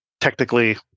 technically